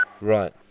Right